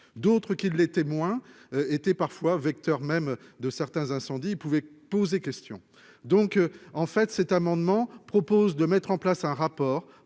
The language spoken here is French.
d'autres qui les témoins étaient parfois vecteur même de certains incendies il pouvait poser question, donc, en fait, cet amendement propose de mettre en place un rapport